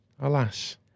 alas